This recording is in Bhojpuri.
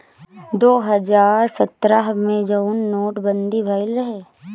दो हज़ार सत्रह मे जउन नोट बंदी भएल रहे